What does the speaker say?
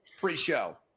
pre-show